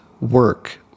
work